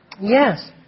Yes